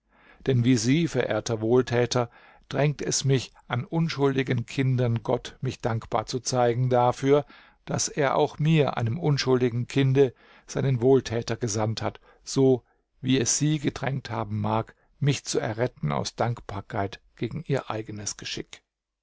denn wie sie verehrter wohltäter drängt es mich an unschuldigen kindern gott mich dankbar zu zeigen dafür daß er auch mir einem unschuldigen kinde seinen wohltäter gesandt hat so wie es sie gedrängt haben mag mich zu erretten aus dankbarkeit gegen ihr eigenes geschick